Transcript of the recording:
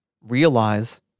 realize